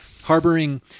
Harboring